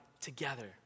together